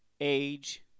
age